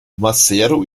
maseru